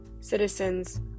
citizens